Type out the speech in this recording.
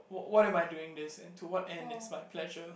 what what am I doing this and to what end is my pleasure